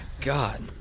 God